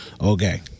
Okay